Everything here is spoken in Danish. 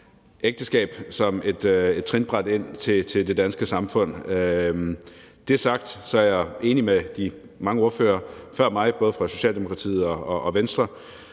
ægteskab som et trinbræt ind i det danske samfund. Med det sagt er jeg enig med de mange ordførere før mig, både fra Socialdemokratiet og Venstre,